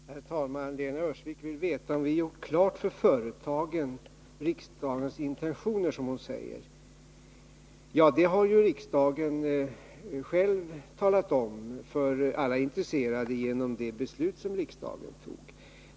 Herr talman! Lena Öhrsvik vill veta om vi gjort klart för företagen vilka intentioner — som hon säger — riksdagen hade. Det har ju riksdagen själv talat om för alla intresserade genom det beslut som riksdagen fattade.